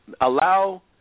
allow